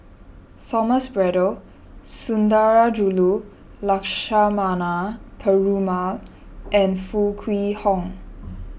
Thomas Braddell Sundarajulu Lakshmana Perumal and Foo Kwee Horng